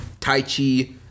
taichi